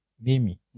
Mimi